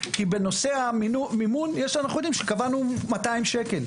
כי בנושא המימון אנחנו יודעים שקבענו 200 ש"ח.